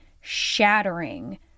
shattering